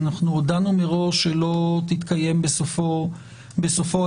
אנחנו הודענו מראש שלא תתקיים בסופו הצבעה,